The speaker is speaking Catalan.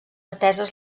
ateses